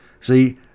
See